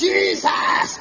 Jesus